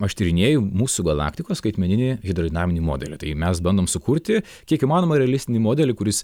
aš tyrinėju mūsų galaktikos skaitmeninį hidrodinaminį modelį tai mes bandom sukurti kiek įmanoma realistinį modelį kuris